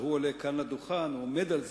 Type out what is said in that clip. שכשהוא עולה לכאן לדוכן הוא עומד על זה,